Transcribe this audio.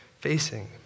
facing